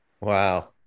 Wow